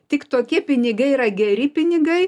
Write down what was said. tik tokie pinigai yra geri pinigai